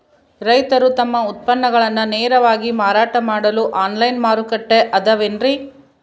ರೈತರು ತಮ್ಮ ಉತ್ಪನ್ನಗಳನ್ನ ನೇರವಾಗಿ ಮಾರಾಟ ಮಾಡಲು ಆನ್ಲೈನ್ ಮಾರುಕಟ್ಟೆ ಅದವೇನ್ರಿ?